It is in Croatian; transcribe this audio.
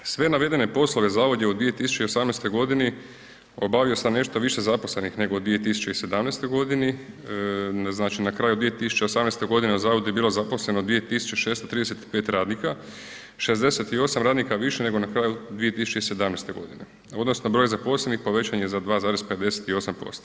Sve navedene poslove zavod je u 2018. godini obavljao sa nešto više zaposlenih nego u 2017. godini, znači na kraju 2018. godine na zavodu je bilo zaposleno 2.635 radnika, 68 radnika više nego na kraju 2017. godine odnosno broj zaposlenih povećan je za 2,58%